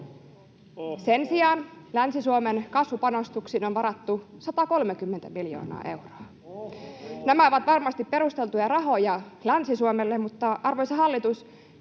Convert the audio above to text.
Sen sijaan Länsi-Suomen kasvupanostuksiin on varattu 130 miljoonaa euroa. [Eduskunnasta: Ohhoh!] Nämä ovat varmasti perusteltuja rahoja Länsi-Suomelle, mutta, arvoisa hallitus,